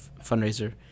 fundraiser